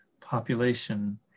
population